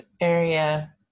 area